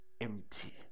empty